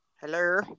Hello